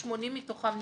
4,480 מתוכם נסרקו,